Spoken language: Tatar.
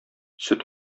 сөт